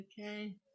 okay